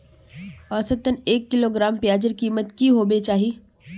औसतन एक किलोग्राम प्याजेर कीमत की होबे चही?